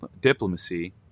diplomacy